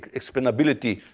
expandability,